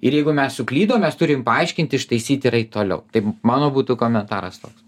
ir jeigu mes suklydom mes turim paaiškint ištaisyt ir eit toliau tai mano būtų komentaras toks